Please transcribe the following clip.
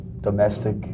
domestic